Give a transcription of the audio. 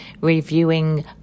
reviewing